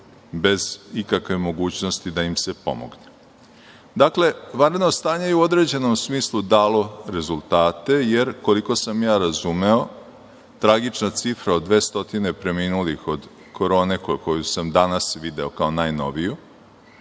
bez ikakve mogućnosti da im se pomogne. Dakle, vanredno stanje je u određenom smislu dalo rezultate, jer, koliko sam razumeo, tragična cifra od 200 preminulih od korone, koju sam danas video kao najnoviju,